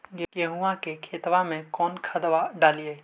गेहुआ के खेतवा में कौन खदबा डालिए?